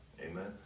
Amen